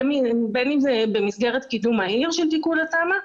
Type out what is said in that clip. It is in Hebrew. ובין אם זה במסגרת קידום מהיר של תיקון התמ"א.